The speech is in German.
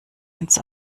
ins